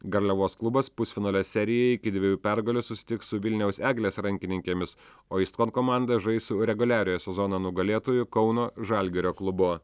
garliavos klubas pusfinalio serijoje iki dviejų pergalių susitiks su vilniaus eglės rankininkėmis o istkon komanda žais su reguliariojo sezono nugalėtoju kauno žalgirio klubu